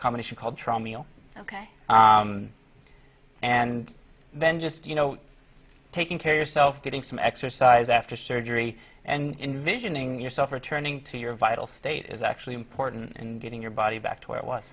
company called troll meal ok and then just you know taking care of self getting some exercise after surgery and visioning yourself returning to your vital state is actually important and getting your body back to where it was